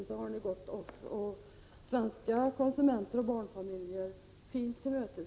Därmed har ni gått oss, svenska konsumenter och barnfamiljer fint till mötes.